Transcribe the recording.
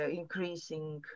increasing